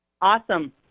awesome